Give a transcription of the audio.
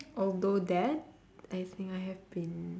although that I think I have been